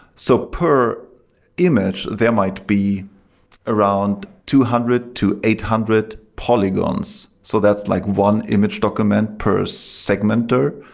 so per image, there might be around two hundred to eight hundred polygons. so that's like one image document per segmenter,